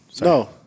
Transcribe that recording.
No